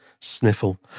Sniffle